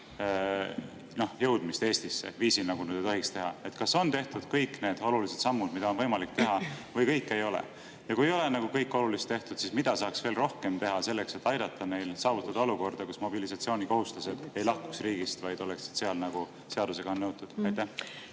jõudmist Eestisse viisil, nagu nad ei tohiks teha? Kas on tehtud kõik need olulised sammud, mida on võimalik teha, või kõike ei ole? Ja kui ei ole kõike olulist tehtud, siis mida saaks veel rohkem teha selleks, et aidata neil saavutada olukorda, kus mobilisatsioonikohuslased ei lahkuks riigist, vaid oleksid seal, nagu seadusega on nõutud? Suur